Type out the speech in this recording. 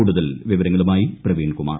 കൂടുതൽ വിവരങ്ങളുമായി പ്രവീൺകുമാർ